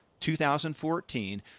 2014